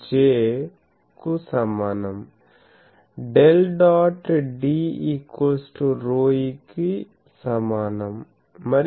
∇ dot D ρe కు సమానం మరియు ∇